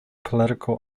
political